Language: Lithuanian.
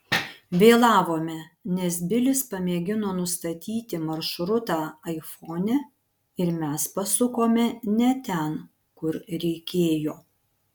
vėlavome nes bilis pamėgino nustatyti maršrutą aifone ir mes pasukome ne ten kur reikėjo